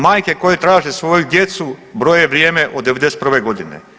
Majke koje traže svoju djecu broje vrijeme od '91. godine.